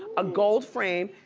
a gold frame,